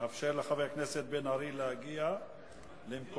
נאפשר לחבר הכנסת בן-ארי להגיע למקומו.